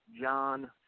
John